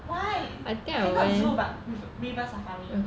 why okay not zoo but with river safari but quite as